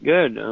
Good